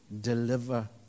deliver